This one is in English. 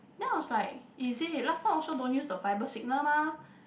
then I was like is it last time also don't use the fibre signal mah